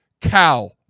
cow